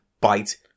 bite